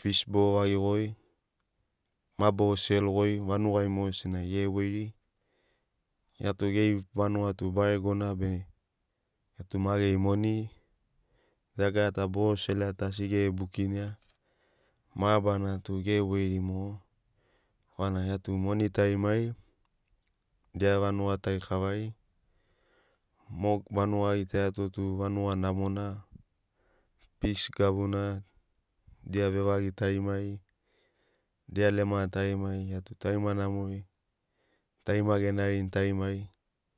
fish boro vagi goi ma boro sero goi vanugai mogesina ge voiri gia tu geri vanuga tu baregona be gia tu ma geri moni dagara ta bo seroa tu asi gere bukinia mabarana tug ere voiri mogo korana gia tu moni tarimari dia vanuga tari kavari mo vanuga a gitaiato tu vanuga namona pis gabuna dia vevagi tarimari dia lema tarimari gia tu tarima namori tarima genarini tarimari